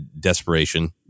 desperation